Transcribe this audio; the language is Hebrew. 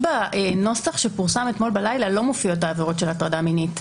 בנוסח שפורסם אתמול בלילה לא מופיעות העבירות של הטרדה מינית.